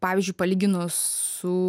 pavyzdžiui palyginus su